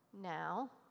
now